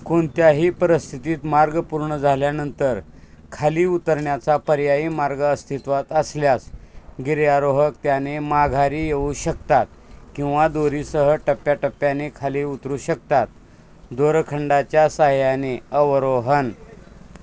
कोणत्याही पस्थितीत मार्ग पूर्ण झाल्यानंतर खाली उतरण्याचा पर्यायी मार्ग अस्तित्वात असल्यास गिर्यारोहक त्याने माघारी येऊ शकतात किंवा दोरीसह टप्प्याटप्प्याने खाली उतरू शकतात दोरखंडाच्या साह्याने अवरोहण